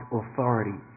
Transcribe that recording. authority